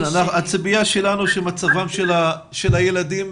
הציפייה שלנו היא שמצבם של הילדים